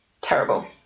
terrible